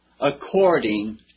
according